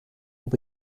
will